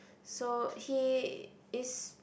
so he is